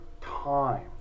time